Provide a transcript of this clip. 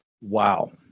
Wow